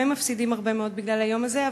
וגם הם מפסידים הרבה מאוד בגלל היום הזה,